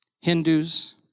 Hindus